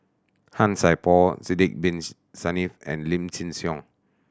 Han Sai Por Sidek Bin Saniff and Lim Chin Siong